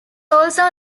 also